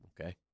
Okay